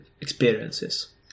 experiences